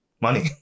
money